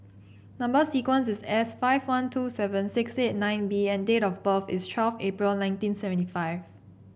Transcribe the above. number sequence is S five one two seven six eight nine B and date of birth is twelve April nineteen seventy five